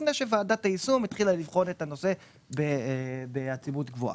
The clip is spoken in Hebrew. לפני שוועדת היישום התחילה לבחון את הנושא בעצימות גבוהה.